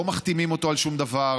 לא מחתימים אותו על שום דבר,